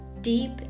deep